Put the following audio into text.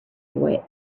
boy